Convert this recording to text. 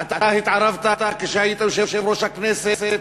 ואתה התערבת כשהיית יושב-ראש הכנסת,